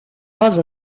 pas